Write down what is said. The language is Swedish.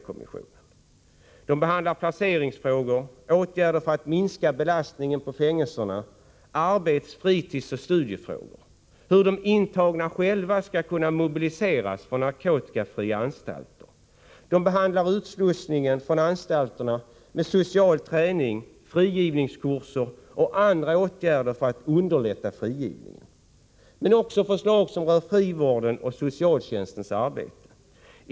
Promemoriorna omfattar placeringsfrågor, åtgärder för att minska belastningen på fängelserna, arbets-, fritidsoch studiefrågor, hur de intagna själva skall kunna mobiliseras för narkotikafria anstalter, utslussningen från anstalterna med social träning, frigivningskurser samt andra åtgärder för att underlätta frigivningen. Också förslag som rör frivården och socialtjänstens arbete har lagts fram.